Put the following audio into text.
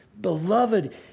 Beloved